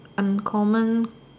uncommon